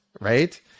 right